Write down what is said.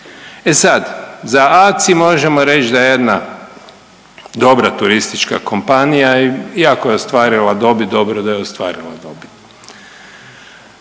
E sad, za ACI možemo reć da je jedna dobra turistička kompanija i ako je ostvarila dobit, dobro da je ostvarila dobit.